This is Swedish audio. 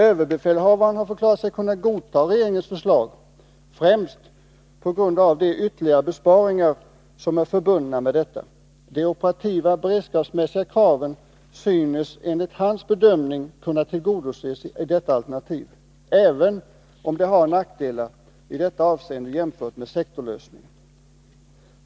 Överbefälhavaren har förklarat sig kunna godta regeringens förslag, främst på grund av de ytterligare besparingar som är förbundna med detta. De operativa/beredskapsmässiga kraven synes enligt hans bedömning kunna tillgodoses i detta alternativ, även om det har nackdelar i detta avseende jämfört med sektorlösningen.